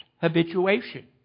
habituation